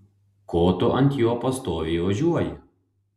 ko tu ant jo pastoviai važiuoji